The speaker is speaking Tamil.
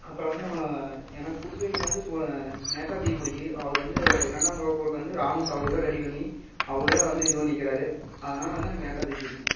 அப்புறம் வந்து நம்ம எனக்கு பிடிச்சவிங்கள வந்து சோ நேதாஜி பிடிக்கி அவர் வந்து இரண்டாம் உலகப்போருக்கு வந்து ராணுவத்தை அவர் தான் ரெடி பண்ணி அவர்தான் வந்து இது பண்ணிக்கிறார் அதனால் வந்து எனக்கு நேதாஜியை பிடிக்கும்